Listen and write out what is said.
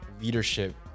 leadership